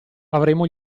avremo